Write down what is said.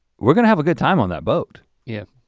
we're gonna have a good time on that boat. yeah.